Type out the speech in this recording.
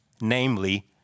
namely